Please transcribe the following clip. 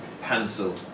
pencil